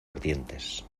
ardientes